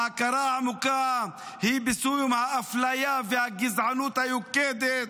ההכרה העמוקה היא בסיום האפליה והגזענות היוקדת,